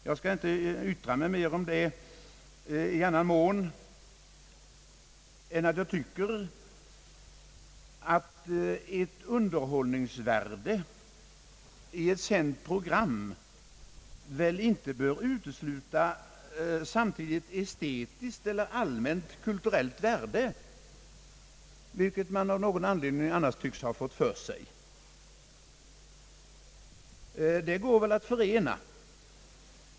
Jag skall inte yttra mig mer om det i annan mån än att jag tycker, att ett underhållningsvärde väl inte bör utesluta samtidigt estetiskt eller allmänt kulturellt värde, vilket man av någon anledning annars tycks ha fått för sig. Det går väl att förena.